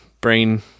brain